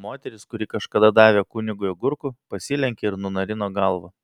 moteris kuri kažkada davė kunigui agurkų pasilenkė ir nunarino galvą